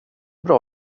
bra